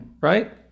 right